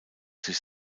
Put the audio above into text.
sich